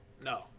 No